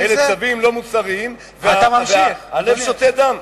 אלה צווים לא מוסריים, והלב שותת דם.